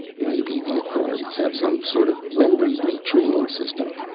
maybe the authorities have some sort of memory retraining system,